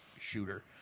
shooter